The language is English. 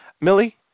Millie